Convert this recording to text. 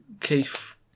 Keith